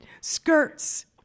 skirts